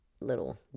little